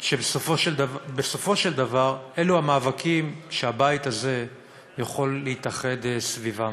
שבסופו של דבר אלה המאבקים שהבית הזה יכול להתאחד סביבם.